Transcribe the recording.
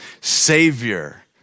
Savior